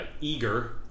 Eager